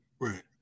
Right